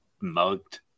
mugged